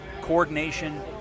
coordination